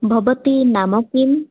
भवत्याः नाम किम्